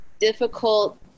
difficult